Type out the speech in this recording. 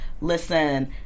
listen